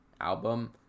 album